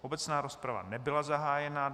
Obecná rozprava nebyla zahájena.